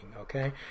okay